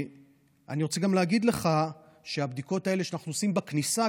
אני רוצה גם להגיד לך שהבדיקות האלה שאנחנו עושים בכניסה,